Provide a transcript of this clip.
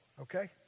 okay